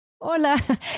Hola